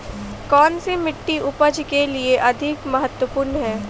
कौन सी मिट्टी उपज के लिए अधिक महत्वपूर्ण है?